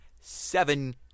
seven